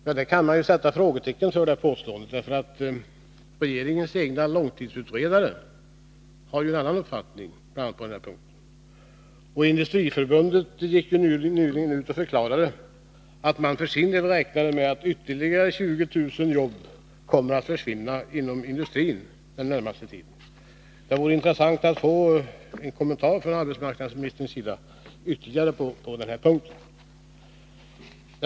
Man får sätta frågetecken när det gäller det påståendet, därför att regeringens egna långtidsutredare har en annan uppfattning bl.a. på den punkten. Industriförbundet gick nyligen ut och förklarade att man för sin del räknade med att ytterligare 20 000 jobb kommer att försvinna inom industrin den närmaste tiden. Det vore intressant att få en kommentar från arbetsmarknadsministern på den här punkten.